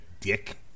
dick